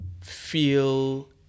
feel